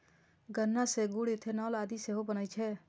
गन्ना सं गुड़, इथेनॉल आदि सेहो बनै छै